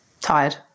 tired